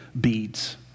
beads